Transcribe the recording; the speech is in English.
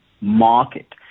market